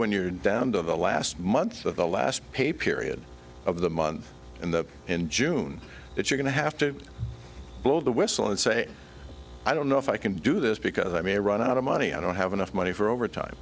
when you're down to the last month of the last pay period of the month and up in june that you're going to have to blow the whistle and say i don't know if i can do this because i may run out of money i don't have enough money for overtime